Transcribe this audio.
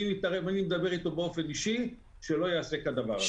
אני מדבר איתו באופן אישי שלא יעשה כדבר הזה.